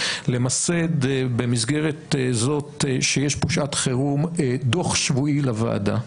למסד במסגרת זאת שיש פה שעת חירום דוח שבועי לוועדה,